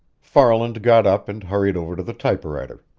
farland got up and hurried over to the typewriter.